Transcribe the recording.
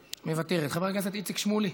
מוותרת, חבר הכנסת איציק שמולי,